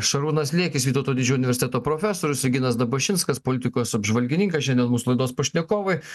šarūnas liekis vytauto didžiojo universiteto profesoriusir ginas dabašinskas politikos apžvalgininkas šiandien mūsų laidos pašnekovai